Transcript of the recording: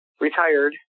retired